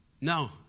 No